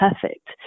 perfect